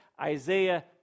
Isaiah